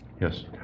Yes